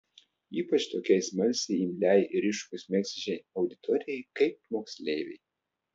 ypač tokiai smalsiai imliai ir iššūkius mėgstančiai auditorijai kaip moksleiviai